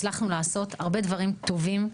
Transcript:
הצלחנו לעשות הרבה דברים טובים,